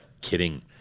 Kidding